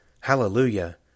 Hallelujah